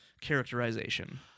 characterization